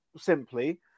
simply